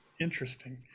Interesting